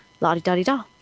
la-di-da-di-da